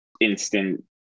instant